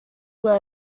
were